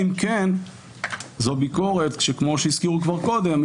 אם כן זו ביקורת שכמו שהזכירו כבר קודם,